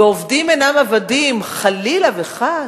ועובדים אינם עבדים, חלילה וחס.